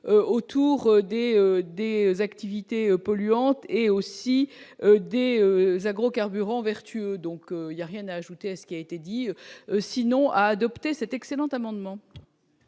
Autour des des activités polluantes et aussi des un gros carburant vertueux, donc il y a rien à ajouter à ce qui a été dit, sinon à adopter cet excellent amendement.